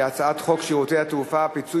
שהיא הצעת חוק שירותי תעופה (פיצוי